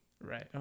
Right